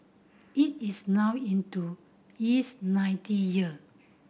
it is now into its ninth year